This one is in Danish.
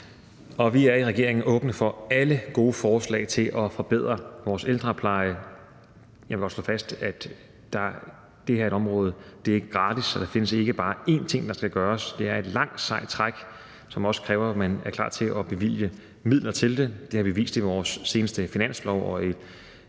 I regeringen er vi åbne for alle gode forslag til at forbedre vores ældrepleje. Jeg vil også slå fast, at det her er ét område – det er ikke gratis, og der findes ikke bare én ting, der skal gøres. Det er et langt, sejt træk, som også kræver, at man er klar til at bevilge midler til det. Det har vi vist i vores seneste finanslov